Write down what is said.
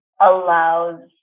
allows